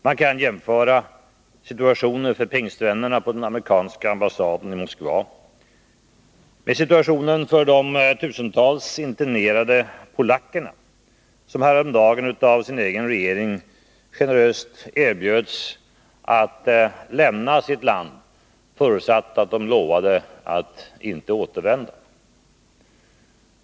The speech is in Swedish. Man kan jämföra situationen för pingstvännerna på den amerikanska ambassaden i Moskva med situationen för de tusentals internerade polackerna, som häromdagen av sin egen regering generöst erbjöds att lämna sitt land, förutsatt att de lovade att inte återvända.